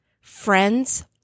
friends